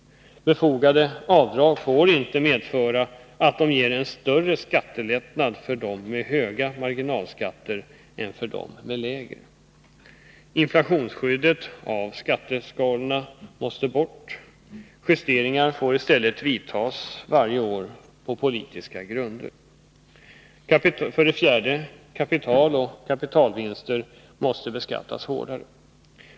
Befogade avdrag får ej medföra att de ger en större skattelättnad för personer med höga marginalskatter än för personer med lägre. Inflationsskyddet av skatteskalorna måste bort. Justeringar får i stället vidtas varje år på politiska grunder. 4. Kapital och kapitalvinster måste beskattas hårdare.